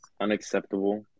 unacceptable